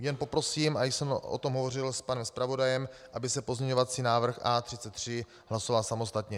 Jen poprosím a již jsem o tom hovořil s panem zpravodajem , aby se pozměňovací návrh A33 hlasoval samostatně.